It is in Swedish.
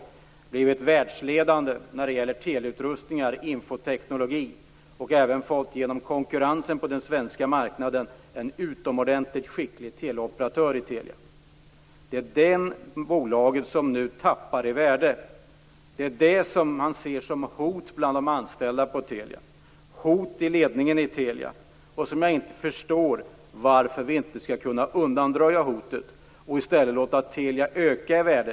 Vi har blivit världsledande när det gäller teleutrustningar och infoteknologi, och vi har även genom konkurrensen på den svenska marknaden fått en utomordentligt skicklig teleoperatör i Telia. Det bolaget tappar nu i värde, och det ses som ett hot bland de anställda och ledningen på Telia. Jag förstår inte varför vi inte kan undanröja hotet och i stället låta Telia öka i värde.